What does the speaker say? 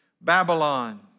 Babylon